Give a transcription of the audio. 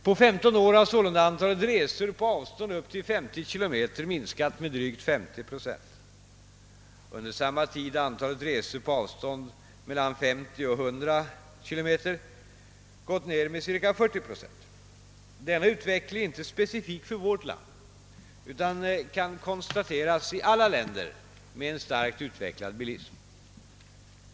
På 15 år har sålunda antalet resor på avstånd upp till 30 km minskat med drygt 50 procent. Under samma tid har antalet resor på avstånd mellan 50 och 100 km gått ner med ca 40 procent. Denna utveckling är inte specifik för vårt land utan kan konstateras i alla länder med en starkt utvecklad bilism.